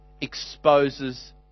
exposes